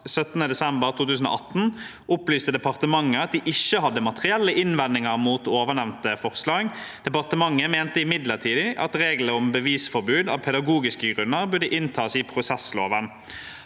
17. desember 2018 opplyste departementet at de ikke hadde materielle innvendinger mot ovennevnte forslag. Departementet mente imidlertid at reglene om bevisforbud av pedagogiske grunner burde inntas i prosessloven.